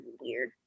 weird